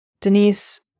Denise